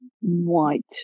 white